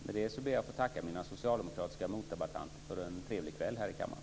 Med det ber jag att få tacka mina socialdemokratiska motdebattanter för en trevlig kväll här i kammaren.